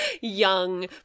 young